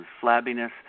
flabbiness